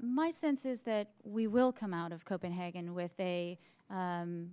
my sense is that we will come out of copenhagen with a